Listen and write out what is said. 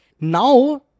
Now